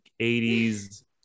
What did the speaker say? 80s